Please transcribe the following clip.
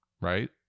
right